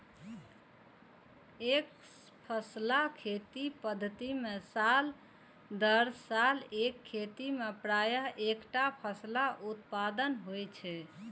एकफसला खेती पद्धति मे साल दर साल एक खेत मे प्रायः एक्केटा फसलक उत्पादन होइ छै